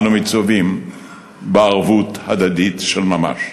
אנו מצווים בערבות הדדית של ממש.